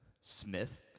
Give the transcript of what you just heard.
Smith